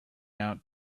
out